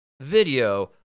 video